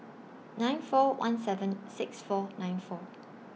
nine four one seven six four nine four